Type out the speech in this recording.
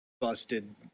busted